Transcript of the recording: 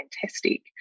fantastic